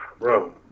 Bro